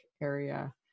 area